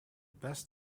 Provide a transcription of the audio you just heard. best